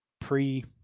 pre